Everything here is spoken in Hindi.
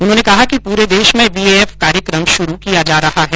उन्होंने कहा कि पूरे देश में वीएएफ कार्यक्रम शुरू किया जा रहा है